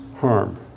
harm